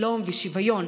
שלום ושוויון,